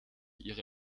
ihre